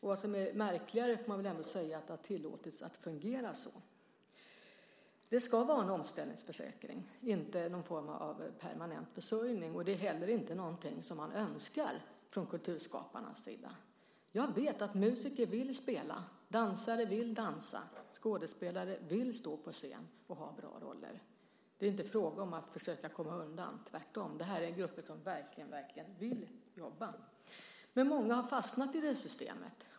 Det som är märkligare är att det har tillåtits att fungera så. Det ska vara en omställningsförsäkring, inte någon form av permanent försörjning. Det är inte heller någonting som kulturskaparna önskar. Jag vet att musiker vill spela, dansare vill dansa och skådespelare vill stå på scen och ha bra roller. Det är inte fråga om att försöka komma undan. Det här är tvärtom grupper som verkligen vill jobba. Men många har fastnat i systemet.